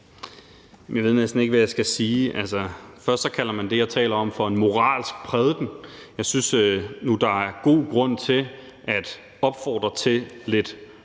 Jeg ved næsten ikke, hvad jeg skal sige. Altså, først kalder man det, jeg taler om, for en moralsk prædiken. Jeg synes nu, der er god grund til at opfordre til lidt